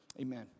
Amen